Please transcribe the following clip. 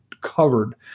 covered